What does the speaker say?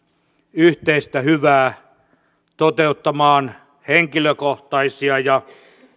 yhteistä hyvää toteuttamaan henkilökohtaisia ja